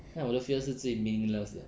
我的 fear 是最 meaningless 的